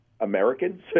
Americans